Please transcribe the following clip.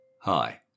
Hi